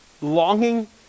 longing